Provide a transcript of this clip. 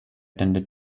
tended